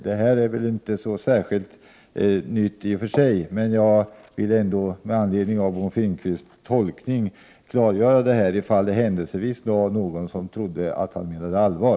Detta är väl inte så särskilt nytt i och för sig, men jag vill ändå med anledning av Bo Finnkvists tolkning klargöra det, i fall det händelsevis skulle vara någon som trodde att han menade allvar.